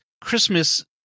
Christmas